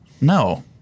No